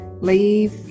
leave